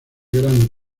gran